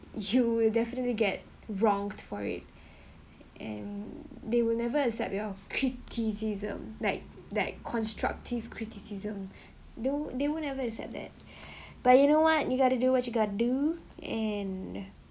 you will definitely get wrong for it and they will never accept your criticism like that constructive criticism they won't they won't ever accept that but you know what you gotta do what you gotta do and